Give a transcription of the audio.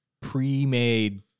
pre-made